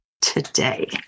today